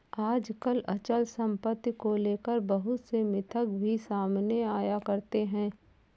आजकल अचल सम्पत्ति को लेकर बहुत से मिथक भी सामने आया करते हैं